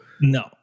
No